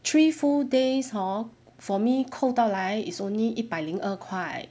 three full days hor for me 扣到来 is only 一百零二块